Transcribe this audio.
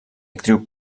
actriu